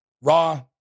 Raw